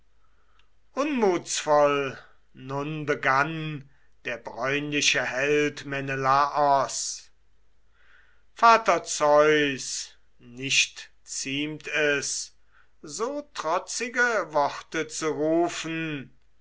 nun begann der bräunliche held menelaos vater zeus nicht ziemt es so trotzige worte zu rufen